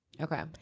Okay